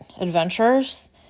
adventures